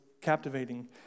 captivating